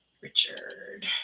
Richard